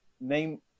name